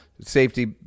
safety